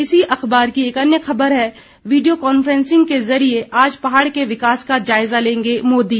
इसी अखबार की एक अन्य खबर है वीडियो कांफ्रेंसिंग के जरिये आज पहाड़ के विकास का जायजा लेंगे मोदी